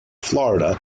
florida